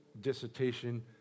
dissertation